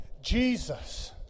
Jesus